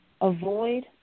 avoid